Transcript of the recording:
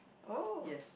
oh